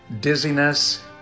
dizziness